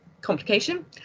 complication